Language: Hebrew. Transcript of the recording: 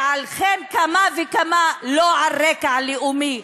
ועל אחת כמה וכמה לא על רקע לאומי,